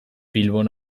bilbon